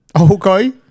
Okay